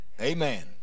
amen